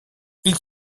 ils